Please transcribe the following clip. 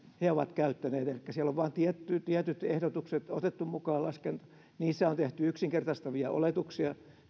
he ovat siinä käyttäneet elikkä siellä on vain tietyt ehdotukset otettu mukaan niiden syöttämisessä ohjelmaan on tehty yksinkertaistavia oletuksia